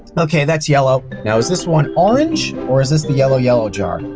ok, that's yellow. now is this one orange, or is this the yellow-yellow jar?